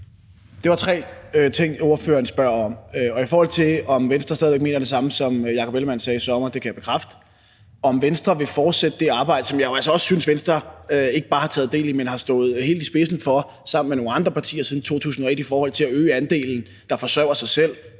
Det var tre ting, ordføreren spurgte om. I forhold til om Venstre stadig væk mener det samme, som hr. Jakob Ellemann-Jensen sagde i sommer: Det kan jeg bekræfte. Om Venstre vil fortsætte det arbejde, som jeg jo altså også synes Venstre ikke bare har taget del i, men har stået helt i spidsen for sammen med nogle andre partier siden 2001 i forhold til at øge andelen af dem, der forsørger sig selv: